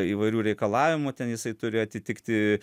įvairių reikalavimų ten jisai turi atitikti